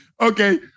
Okay